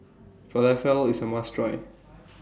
Falafel IS A must Try